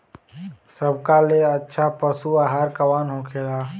सबका ले अच्छा पशु आहार कवन होखेला?